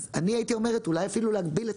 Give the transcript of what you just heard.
אני הייתי אומרת אולי אפילו להגביל את